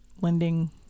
lending